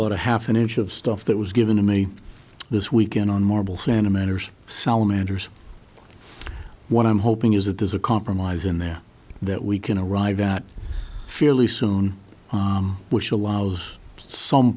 about a half an inch of stuff that was given to me this weekend on marble santa's manners salamanders what i'm hoping is that there's a compromise in there that we can arrive at fairly soon which allows some